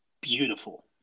beautiful